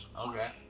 Okay